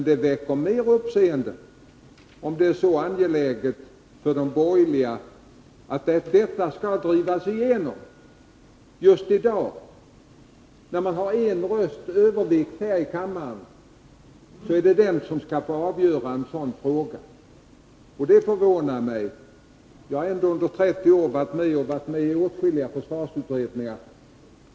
Det väcker mer uppseende om det är så angeläget för de borgerliga att driva igenom detta beslut just i dag och låta en rösts övervikt här i kammaren vara det som skall avgöra en sådan fråga. Detta förvånar mig. Jag har under mina 30 år i riksdagen varit med i åtskilliga försvarsutredningar.